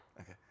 Okay